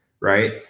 right